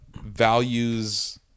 values